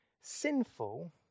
sinful